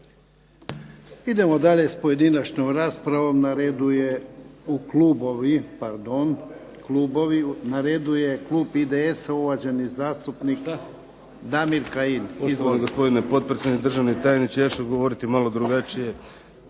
idemo dalje s pojedinačnom raspravom. Na redu je uvaženi zastupnik Krešo